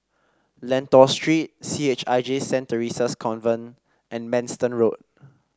Lentor Street C H I J Saint Theresa's Convent and Manston Road